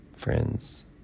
friends